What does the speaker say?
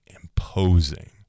imposing